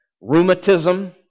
rheumatism